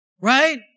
Right